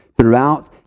Throughout